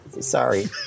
Sorry